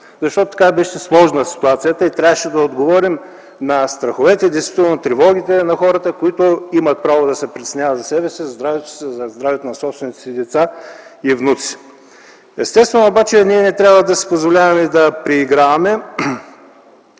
И тогава беше сложна ситуацията и трябваше да отговорим на страховете и тревогите на хората, които имат право да се притесняват за себе си, за здравето си и за здравето на собствените им деца и внуци. Естествено обаче ние не трябва да си позволяваме да преиграваме